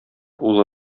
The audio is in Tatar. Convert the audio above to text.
улы